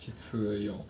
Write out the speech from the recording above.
去吃而已 lor